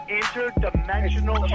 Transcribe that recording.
interdimensional